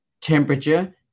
temperature